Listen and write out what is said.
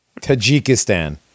Tajikistan